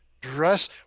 dress